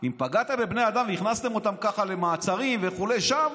אם פגעתם בבני אדם והכנסתם אותם למעצרים וכו' שם,